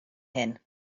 hyn